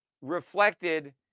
reflected